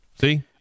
See